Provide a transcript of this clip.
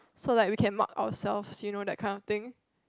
so like we can mark ourselves you know that kind of thing